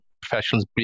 professionals